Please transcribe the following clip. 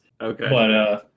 okay